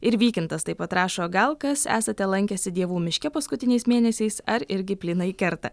ir vykintas taip pat rašo gal kas esate lankęsi dievų miške paskutiniais mėnesiais ar irgi plynai kerta